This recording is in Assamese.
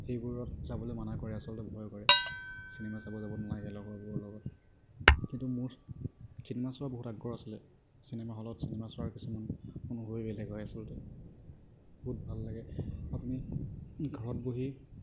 সেইবোৰত যাবলৈ মানা কৰে আচলতে ভয় কৰে চিনেমা চাব যাব নালাগে লগৰবোৰৰ লগত কিন্তু মোৰ চিনেমা চোৱাৰ বহুত আগ্ৰহ আছিলে চিনেমা হলত চিনেমা চোৱাৰ কিছুমান মুডেই বেলেগ হয় আচলতে বহুত ভাল লাগে আপুনি ঘৰত বহি